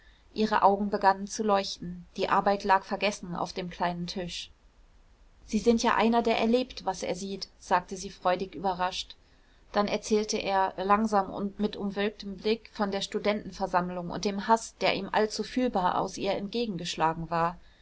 ihre augen begannen zu leuchten die arbeit lag vergessen auf dem kleinen tisch sie sind ja einer der erlebt was er sieht sagte sie freudig überrascht dann erzählte er langsam und mit umwölktem blick von der studentenversammlung und dem haß der ihm allzu fühlbar aus ihr entgegengeschlagen war